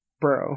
bro